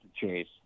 chase